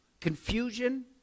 Confusion